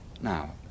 Now